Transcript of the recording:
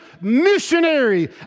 missionary